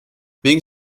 wegen